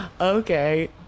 Okay